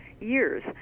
years